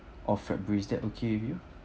of february is that okay with you